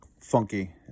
funky